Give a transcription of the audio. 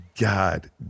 God